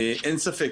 אין ספק,